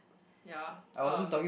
yeah uh